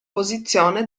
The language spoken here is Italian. posizione